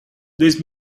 dois